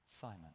Simon